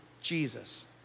Jesus